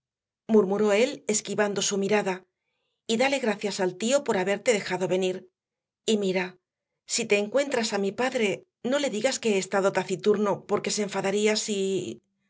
murmuró él esquivando su mirada y dale muchas gracias al tío por haberte dejado venir y mira si te encuentras a mi padre no le digas que he estado taciturno porque se enfadaría si